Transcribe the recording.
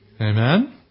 Amen